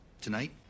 Tonight